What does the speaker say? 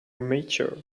mature